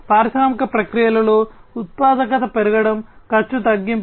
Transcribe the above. పారిశ్రామిక ప్రక్రియలలో ఉత్పాదకత పెరగడం ఖర్చు తగ్గింపు